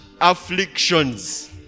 afflictions